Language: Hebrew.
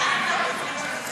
הכנסת מאשרת את התיקון בהצעת החוק.